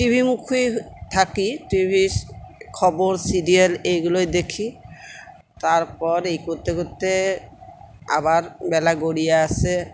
টিভিমুখী থাকি টিভির খবর সিরিয়াল এগুলোই দেখি তারপর এই করতে করতে আবার বেলা গড়িয়ে আসে